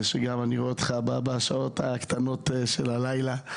שגם אני רואה אותך בשעות הקטנות של הלילה.